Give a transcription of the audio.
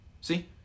See